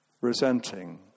resenting